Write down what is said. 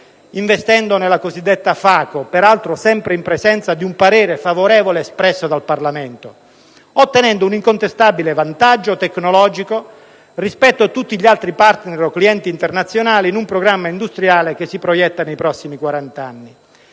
and check out*), peraltro sempre in presenza di un parere favorevole espresso dal Parlamento, ottenendo un incontestabile vantaggio tecnologico rispetto a tutti gli altri *partner* o clienti internazionali in un programma industriale che si proietta nei prossimi quarant'anni.